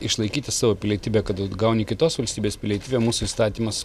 išlaikyti savo pilietybę kad atgauni kitos valstybės pilietybę mūsų įstatymas